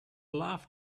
love